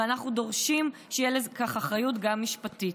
ואנחנו דורשים שתהיה לזה גם אחריות משפטית.